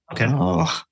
Okay